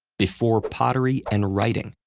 before pottery and writing,